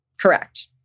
Correct